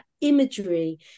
imagery